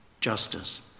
justice